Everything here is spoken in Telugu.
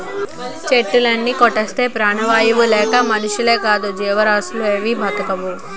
చెట్టులుని కొట్టేస్తే ప్రాణవాయువు లేక మనుషులేకాదు జీవరాసులేవీ బ్రతకవు